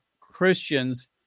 Christians